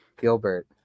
Gilbert